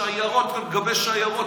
שיירות על גבי שיירות.